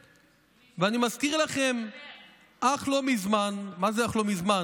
ואני מזכיר לכם שאך לא מזמן, מה זה אך לא מזמן?